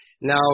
Now